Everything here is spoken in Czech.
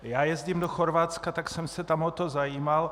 Já jezdím do Chorvatska, tak jsem se tam o to zajímal.